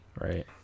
right